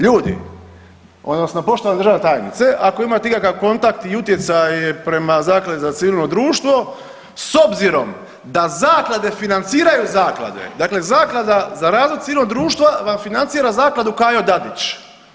Ljudi, odnosno poštovana državna tajnice ako imate ikakav kontakt i utjecaj prema Zakladi za civilno društvo s obzirom da zaklade financiraju zaklade, dakle Zaklada za razvoj civilnog društva vam financira zakladu Kajo Dadić.